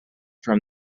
from